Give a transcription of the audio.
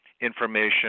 information